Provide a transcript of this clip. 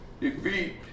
defeat